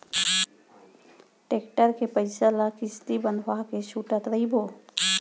tractor के पइसा ल किस्ती बंधवा के छूटत रइबो